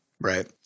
right